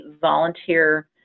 volunteer